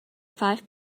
five